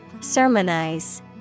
Sermonize